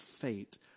fate